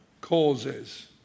causes